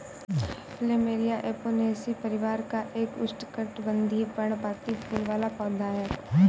plumeria Apocynaceae परिवार का एक उष्णकटिबंधीय, पर्णपाती फूल वाला पौधा है